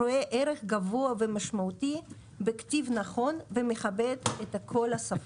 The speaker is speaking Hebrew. רואה ערך גבוה ומשמעותי בכתיב נכון ומכבד את כל השפות.